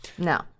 No